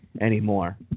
Anymore